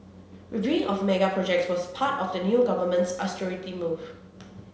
reviewing of mega projects was part of the new government's austerity move